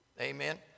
Amen